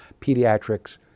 pediatrics